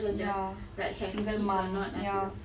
ya single mum ya